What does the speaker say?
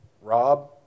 Rob